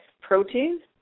protein